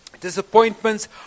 disappointments